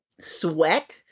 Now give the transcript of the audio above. sweat